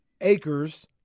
acres